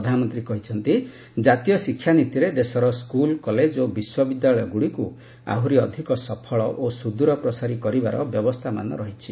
ପ୍ରଧାନମନ୍ତ୍ରୀ କହିଛନ୍ତି ଜାତୀୟ ଶିକ୍ଷାନୀତିରେ ଦେଶର ସ୍କୁଲ କଲେଜ ଓ ବିଶ୍ୱବିଦ୍ୟାଳୟଗୁଡ଼ିକୁ ଆହୁରି ଅଧିକ ସଫଳ ଓ ସୁଦୁର ପ୍ରସାରୀ କରିବାର ବ୍ୟବସ୍ଥାମାନ ରହିଛି